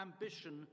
ambition